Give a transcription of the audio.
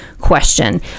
question